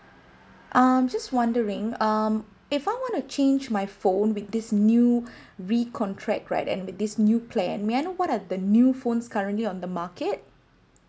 I'm just wondering um if I wanna change my phone with this new re-contract right and with this new plan may I know what are the new phones currently on the market